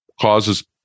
causes